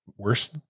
Worse